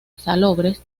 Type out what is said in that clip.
salobres